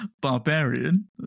barbarian